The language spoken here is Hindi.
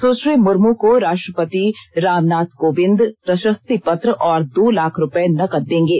सुश्री मुर्म को राष्ट्रपति रामनाथ कोबिन्द प्रषस्ति पत्र और दो लाख रूपये नगद देंगे